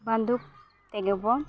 ᱵᱚᱱᱫᱷᱩᱠ ᱛᱮᱜᱮ ᱵᱚᱱ